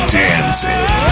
dancing